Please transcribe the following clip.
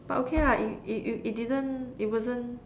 but okay lah it it it it didn't it wasn't